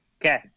Okay